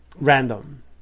random